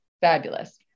fabulous